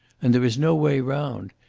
and there is no way round.